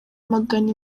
magana